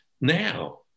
now